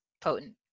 potent